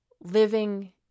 living